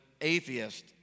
atheist